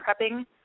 prepping